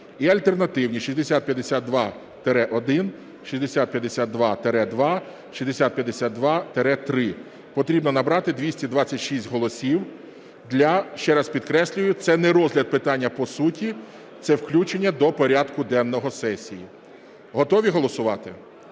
і альтернативні 6052-1, 6052-2, 6052-3). Потрібно набрати 226 голосів для, ще раз підкреслюю, це не розгляд питання по суті, це включення до порядку денного сесії. Готові голосувати?